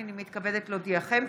הינני מתכבדת להודיעכם,